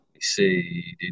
see